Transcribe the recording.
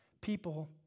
people